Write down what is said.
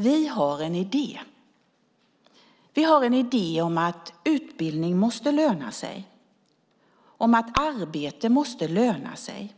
Vi har en idé om att utbildning måste löna sig, om att arbete måste löna sig